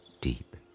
deep